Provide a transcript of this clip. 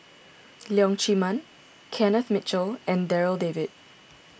Leong Chee Mun Kenneth Mitchell and Darryl David